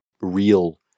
real